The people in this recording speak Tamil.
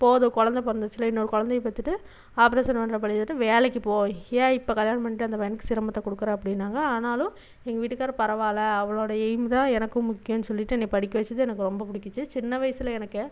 போதும் கொழந்தை பிறந்துருச்சில இன்னொரு குழந்தைய பெத்துட்டு ஆப்பரேஷன் வேணா பண்ணிட்டு வேலைக்கு போ ஏன் இப்போ கல்யாணம் பண்ணிட்டு அந்த பையனுக்கு சிரமத்தை கொடுக்குற அப்படினாங்க ஆனாலும் எங்கள் வீட்டுக்காரர் பரவாயில்ல அவளுடைய எய்ம் தான் எனக்கும் முக்கியம்னு சொல்லிட்டு என்ன படிக்க வச்சது எனக்கு புடிச்சிச்சி சின்ன வயசில் எனக்கு